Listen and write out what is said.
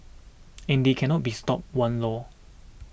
and they cannot be stopped one lor